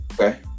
Okay